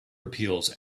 appeals